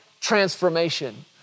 transformation